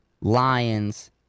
Lions